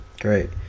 Great